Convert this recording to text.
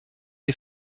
les